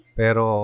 pero